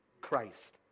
Christ